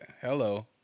Hello